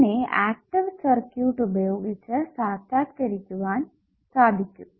അതിനെ active circuit ഉപയോഗിച്ച് സാഷാത്കരിക്കുവാൻ സാധിക്കും